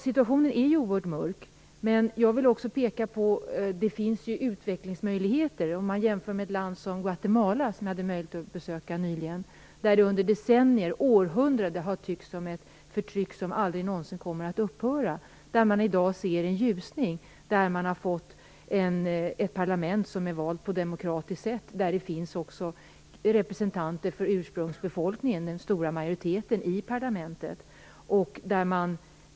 Situationen är ju oerhört mörk, men jag vill också peka på att det finns utvecklingsmöjligheter om man jämför med ett land som Guatemala, som jag hade möjlighet att besöka nyligen, där det under decennier och århundraden har tycks som om förtrycket aldrig någonsin kommer att upphöra. Där ser man i dag en ljusning. Man har fått ett parlament som är valt på ett demokratiskt sätt. Där finns det också representanter för ursprungsbefolkningen, den stora majoriteten, i parlamentet.